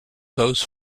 those